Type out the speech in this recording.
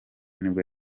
nibwo